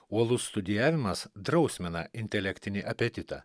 uolus studijavimas drausmina intelektinį apetitą